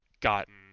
gotten